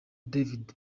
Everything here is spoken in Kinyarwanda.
david